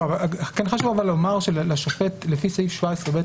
כן חשוב לומר שלשופט לפי סעיף 17(ב),